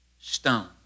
stone